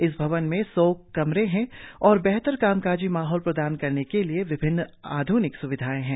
इस भवन में सौ कमरे है और बेहतर कामकाजी माहौल प्रदान करने के लिए विभिन्न आध्निक स्विधाएं है